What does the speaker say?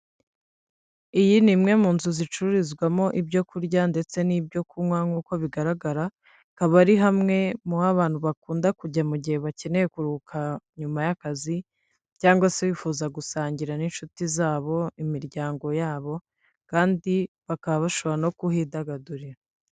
Iyi ni imwe mu nzu zicururizwamo ibyo kurya ndetse n'ibyo kunywa nk'uko bigaragara akaba ari hamwe mu ho abantu bakunda kujya mu gihe bakeneye kuruhuka nyuma y'akazi cyangwa se bifuza gusangira n'inshuti zabo, imiryango yabo kandi bakaba bashobora no kuhidagadurira.